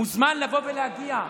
מוזמן לבוא ולהגיע.